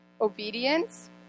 Obedience